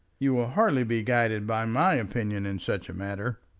you will hardly be guided by my opinion in such a matter.